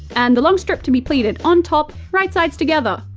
and the long strip to be pleated on top, right-sides together.